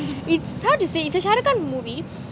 it's how to say it's a tamil movie